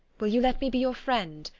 will you let me be your friend,